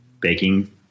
baking